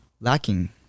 Lacking